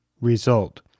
result